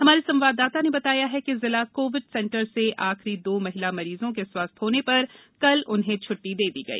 हमार संवाददाता न बताया है कि जिला कोविड सेंटर स आखिरी दो महिला मरीजों का स्वस्थ पर कल उन्हें छ्ट्टी दा दी गई